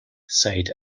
said